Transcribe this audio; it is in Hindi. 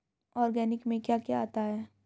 ऑर्गेनिक में क्या क्या आता है?